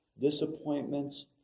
Disappointments